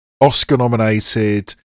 Oscar-nominated